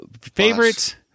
favorite